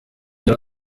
yari